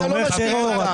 אתה לא משתיק אותם.